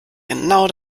genau